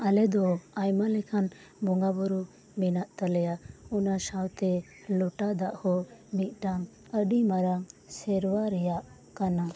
ᱟᱞᱮ ᱫᱚ ᱟᱭᱢᱟ ᱞᱮᱠᱟᱱ ᱵᱚᱸᱜᱟ ᱵᱩᱨᱩ ᱢᱮᱱᱟᱜ ᱛᱟᱞᱮᱭᱟ ᱚᱱᱟ ᱥᱟᱶᱛᱮ ᱞᱚᱴᱟ ᱫᱟᱜ ᱦᱚᱸ ᱢᱤᱫᱴᱟᱝ ᱟᱹᱰᱤ ᱢᱟᱨᱟᱝ ᱥᱮᱨᱣᱟ ᱨᱮᱭᱟᱜ ᱠᱟᱱᱟ